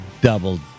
double